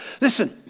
Listen